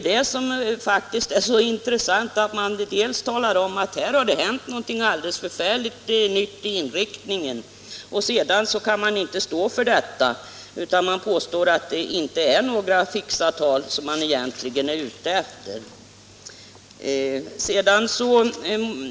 Det intressanta är att samtidigt som man talar om att det har hänt någonting alldeles nytt i inriktningen av regionalpolitiken påstår man att det egentligen inte är några fixerade tal som man strävar efter att uppnå.